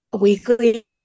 weekly